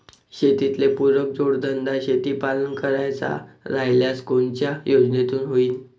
शेतीले पुरक जोडधंदा शेळीपालन करायचा राह्यल्यास कोनच्या योजनेतून होईन?